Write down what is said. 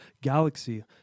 galaxy